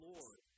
Lord